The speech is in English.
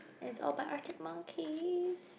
that's all by write it monkeys